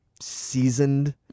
seasoned